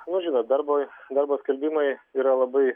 nu žinot darbo darbo skelbimai yra labai